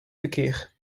verkeer